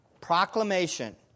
Proclamation